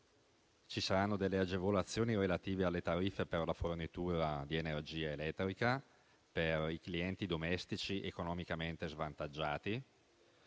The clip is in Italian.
ci saranno agevolazioni relative alle tariffe per la fornitura di energia elettrica per i clienti domestici economicamente svantaggiati,